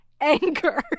anger